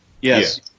Yes